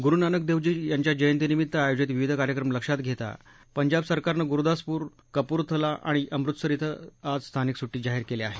गुरु नानक देवजी यांच्या जयंतीनिमित्त आयोजित विविध कार्यक्रम लक्षात घेता पंजाब सरकारनं गुरुदासपूर कपुरथला आणि अमृतसर धिं आज स्थानिक सुट्टी जाहीर केली आहे